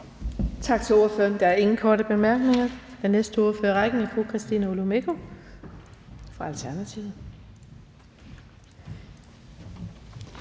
Tak til ordføreren. Der er ingen korte bemærkninger. Den næste ordfører i rækken er fru Christina Olumeko fra Alternativet.